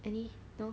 any you know